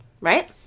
Right